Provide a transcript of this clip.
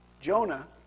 Jonah